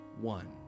one